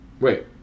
Wait